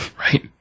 Right